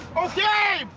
ok,